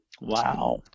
Wow